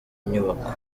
inyubako